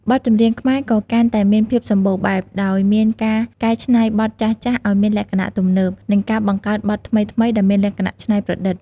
បទចម្រៀងខ្មែរក៏កាន់តែមានភាពសម្បូរបែប ដោយមានការកែច្នៃបទចាស់ៗឱ្យមានលក្ខណៈទំនើប និងការបង្កើតបទថ្មីៗដែលមានលក្ខណៈច្នៃប្រឌិត។